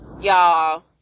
y'all